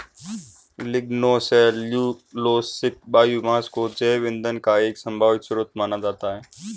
lignocellulosic biomass को जैव ईंधन का एक संभावित स्रोत माना जाता है